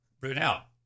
Brunel